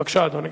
בבקשה, אדוני.